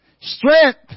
strength